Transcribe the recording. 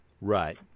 right